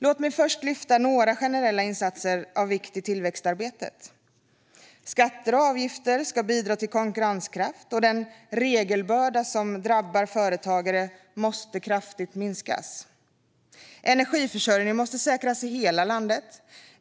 Låt mig först lyfta fram några generella insatser av vikt i tillväxtarbetet: Skatter och avgifter ska bidra till konkurrenskraft, och den regelbörda som drabbar företagare måste kraftigt minskas. Energiförsörjningen måste säkras i hela landet.